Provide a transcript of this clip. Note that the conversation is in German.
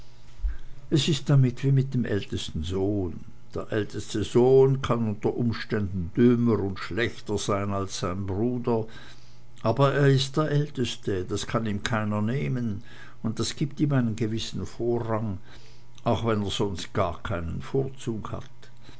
es ist damit wie mit dem ältesten sohn der älteste sohn kann unter umständen dümmer und schlechter sein als sein bruder aber er ist der älteste das kann ihm keiner nehmen und das gibt ihm einen gewissen vorrang auch wenn er sonst gar keinen vorzug hat